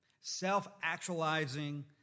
self-actualizing